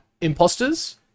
imposters